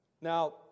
Now